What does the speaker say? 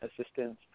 assistance